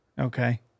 Okay